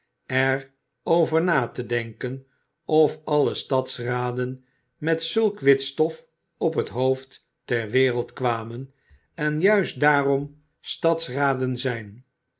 er over na te denken of alle stadsraden met zulk wit stof op het hoofd ter wereld kwamen en juist daarom stadsraden zijn